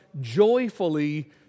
joyfully